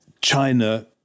China